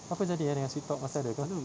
apa jadi ah dengan sweet talk masih ada ke